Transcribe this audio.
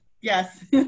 yes